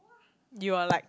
you're like